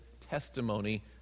testimony